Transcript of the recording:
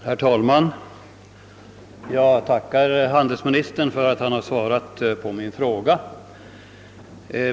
Herr talman! Jag tackar handelsministern för att han har svarat på min fråga.